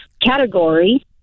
category